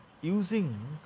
using